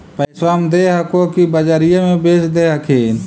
पैक्सबा मे दे हको की बजरिये मे बेच दे हखिन?